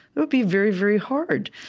it would be very, very hard.